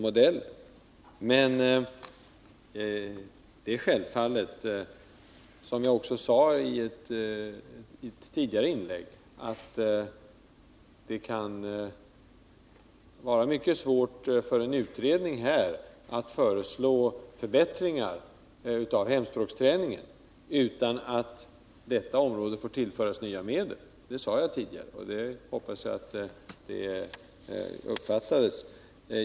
Men det är självklart — det sade jag också i ett tidigare inlägg — att det blir mycket svårt för utredningen att föreslå förbättringar av hemspråksträningen utan att detta område får tillföras nya medel. Det sade jag tidigare, och jag hoppas att det uppfattades.